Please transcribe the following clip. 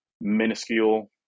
minuscule